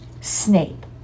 Snape